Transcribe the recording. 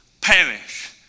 perish